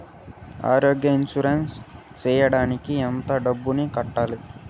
ఆరోగ్య ఇన్సూరెన్సు సేయడానికి ఎంత డబ్బుని కట్టాలి?